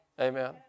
Amen